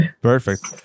Perfect